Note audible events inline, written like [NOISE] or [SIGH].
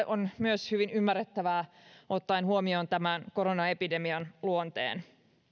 [UNINTELLIGIBLE] on myös hyvin ymmärrettävää ottaen huomioon tämän koronaepidemian luonteen